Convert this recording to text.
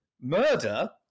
murder